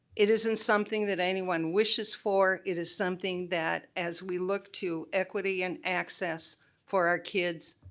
it isn't something that anyone wishes for. it is something that, as we look to equity and access for our kids,